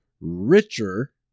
richer